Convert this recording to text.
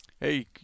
Hey